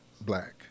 black